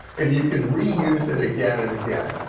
and you can reuse it again and again.